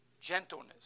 Gentleness